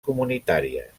comunitàries